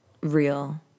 real